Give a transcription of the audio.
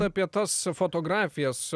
apie tas fotografijas